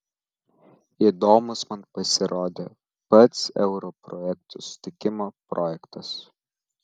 įdomus man pasirodė pats euro projekto sutikimo projektas